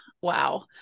wow